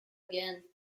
again